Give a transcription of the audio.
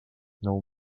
nou